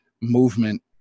movement